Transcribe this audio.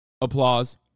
Applause